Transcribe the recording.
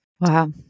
Wow